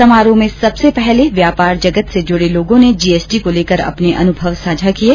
समारोह में सबसे पहले व्यापार जगत से जुड़े लोगोँ ने जीएसटी को लेकर अपने अनुभव साझा किये